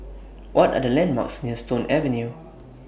What Are The landmarks near Stone Avenue